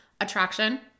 Attraction